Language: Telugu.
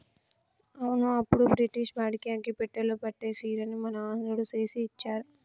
అవును అప్పుడు బ్రిటిష్ వాడికి అగ్గిపెట్టెలో పట్టే సీరని మన ఆంధ్రుడు చేసి ఇచ్చారు